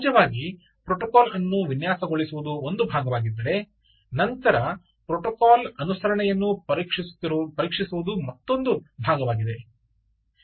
ಸಹಜವಾಗಿ ಪ್ರೋಟೋಕಾಲ್ ಅನ್ನು ವಿನ್ಯಾಸಗೊಳಿಸುವುದು ಒಂದು ಭಾಗವಾಗಿದ್ದರೆ ನಂತರ ಪ್ರೋಟೋಕಾಲ್ ಅನುಸರಣೆಯನ್ನು ಪರೀಕ್ಷಿಸುವುದು ಮತ್ತೊಂದು ಭಾಗವಾಗಿದೆ